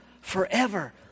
forever